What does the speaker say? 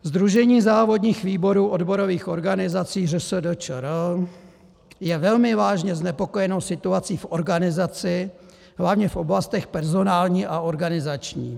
Sdružení závodních výborů odborových organizací ŘSD ČR je velmi vážně znepokojeno situací v organizaci, hlavně v oblastech personální a organizační.